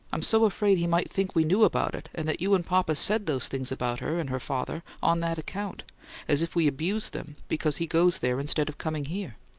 i'm so afraid he might think we knew about it, and that you and papa said those things about her and her father on that account as if we abused them because he goes there instead of coming here.